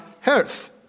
health